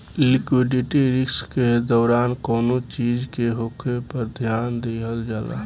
liquidity risk के दौरान कौनो चीज के होखे पर ध्यान दिहल जाला